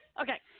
okay